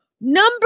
number